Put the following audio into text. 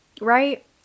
right